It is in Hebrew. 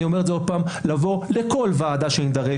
ואני אומר את זה עוד פעם לבוא לכל ועדה שנידרש